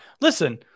listen